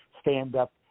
stand-up